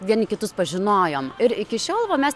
vieni kitus pažinojom ir iki šiol mes